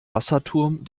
wasserturm